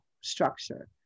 structure